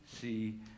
see